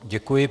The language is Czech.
Děkuji.